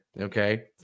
Okay